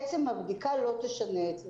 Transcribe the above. עצם הבדיקה לא תשנה את זה.